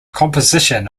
composition